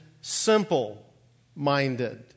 simple-minded